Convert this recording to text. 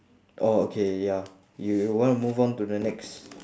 oh okay ya you you want to move on to the next